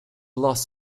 loss